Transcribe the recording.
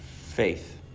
faith